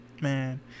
Man